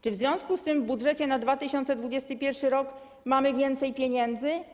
Czy w związku z tym w budżecie na 2021 r. mamy więcej pieniędzy?